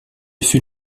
fut